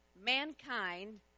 mankind